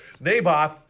naboth